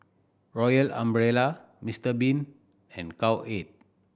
Royal Umbrella Mister Bean and Cowhead